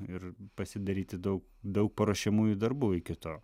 ir pasidaryti daug daug paruošiamųjų darbų iki to